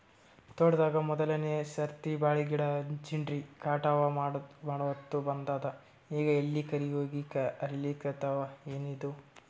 ತೋಟದಾಗ ಮೋದಲನೆ ಸರ್ತಿ ಬಾಳಿ ಗಿಡ ಹಚ್ಚಿನ್ರಿ, ಕಟಾವ ಮಾಡಹೊತ್ತ ಬಂದದ ಈಗ ಎಲಿ ಕರಿಯಾಗಿ ಹರಿಲಿಕತ್ತಾವ, ಏನಿದು?